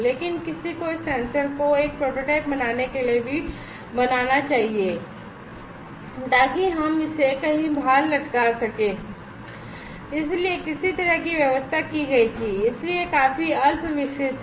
लेकिन किसी को इस सेंसर को एक प्रोटोटाइप बनाने के लिए भी बनाना चाहिए ताकि हम इसे कहीं बाहर लटका सकें इसलिए किसी तरह की व्यवस्था की गई थी इसलिए यह काफी अल्पविकसित है